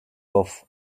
off